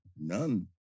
None